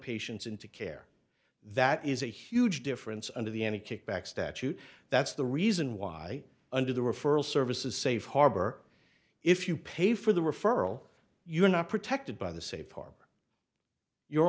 patients into care that is a huge difference under the any kickback statute that's the reason why under the referral services safe harbor if you pay for the referral you're not protected by the safe harbor you're